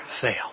fail